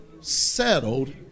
settled